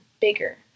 bigger